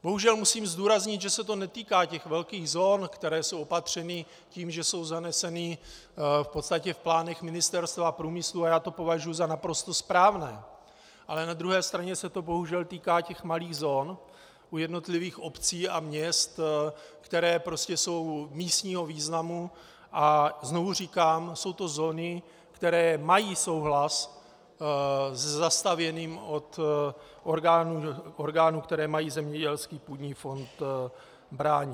Bohužel musím zdůraznit, že se to netýká velkých zón, které jsou opatřeny tím, že jsou zaneseny v podstatě v plánech Ministerstva průmyslu, a já to považuji za naprosto správné, ale na druhé straně se to bohužel týká malých zón u jednotlivých obcí a měst, které prostě jsou místního významu, a znovu říkám, jsou to zóny, které mají souhlas se zastavěním od orgánů, které mají zemědělský půdní fond bránit.